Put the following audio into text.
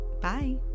Bye